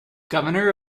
governor